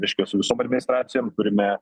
reiškia su visom administracijom turime